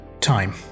time